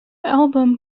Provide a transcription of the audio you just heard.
album